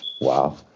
wow